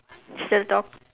still talk